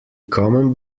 common